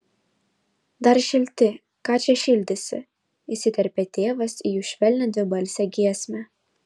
dar šilti ką čia šildysi įsiterpė tėvas į jų švelnią dvibalsę giesmę